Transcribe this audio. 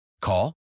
Call